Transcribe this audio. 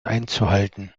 einzuhalten